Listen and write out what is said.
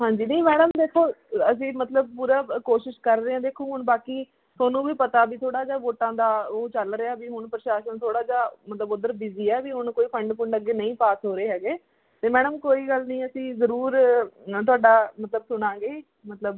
ਹਾਂਜੀ ਨਹੀਂ ਮੈਡਮ ਦੇਖੋ ਅਸੀਂ ਮਤਲਬ ਪੂਰਾ ਕੋਸ਼ਿਸ਼ ਕਰ ਰਹੇ ਹਾਂ ਦੇਖੋ ਹੁਣ ਬਾਕੀ ਤੁਹਾਨੂੰ ਵੀ ਪਤਾ ਵੀ ਥੋੜ੍ਹਾ ਜਿਹਾ ਵੋਟਾਂ ਦਾ ਉਹ ਚੱਲ ਰਿਹਾ ਵੀ ਹੁਣ ਪ੍ਰਸ਼ਾਸਨ ਥੋੜ੍ਹਾ ਜਿਹਾ ਮਤਲਬ ਉੱਧਰ ਬੀਜੀ ਹੈ ਵੀ ਹੁਣ ਕੋਈ ਫੰਡ ਫੁੰਡ ਅੱਗੇ ਨਹੀਂ ਪਾਸ ਹੋ ਰਹੇ ਹੈਗੇ ਅਤੇ ਮੈਡਮ ਕੋਈ ਗੱਲ ਨਹੀਂ ਅਸੀਂ ਜ਼ਰੂਰ ਤੁਹਾਡਾ ਮਤਲਬ ਸੁਣਾਂਗੇ ਮਤਲਬ